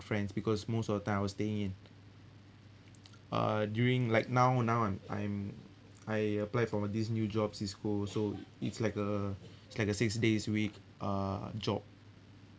friends because most of the time I was staying in uh during like now now I'm I'm I apply for this new job CISCO so it's like a it's like a six days week uh job